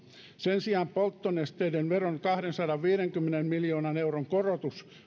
sen sijaan polttonesteiden veron kahdensadanviidenkymmenen miljoonan euron korotus